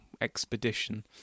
expedition